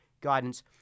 guidance